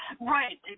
Right